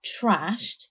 trashed